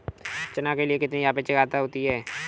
चना के लिए कितनी आपेक्षिक आद्रता चाहिए?